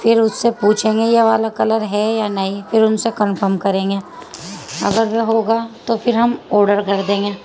پھر اس سے پوچھیں گے یہ والا کلر ہے یا نہیں پھر ان سے کنفرم کریں گے اگر وہ ہوگا تو پھر ہم آڈر کر دیں گے